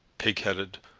pigheaded,